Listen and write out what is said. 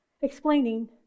explaining